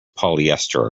polyester